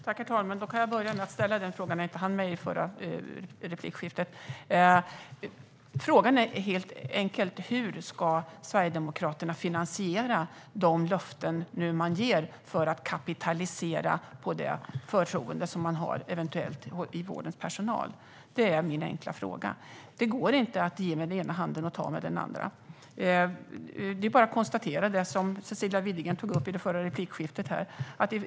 Herr talman! Jag kan börja med att ställa den fråga jag inte hann med i förra repliken. Frågan är helt enkelt: Hur ska Sverigedemokraterna finansiera de löften de nu ger för att "kapitalisera" på det förtroende de eventuellt har hos vårdens personal? Det är min enkla fråga. Det går inte att ge med den ena handen och ta med den andra. Det är bara att konstatera det Cecilia Widegren tog upp i det förra replikskiftet.